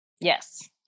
Yes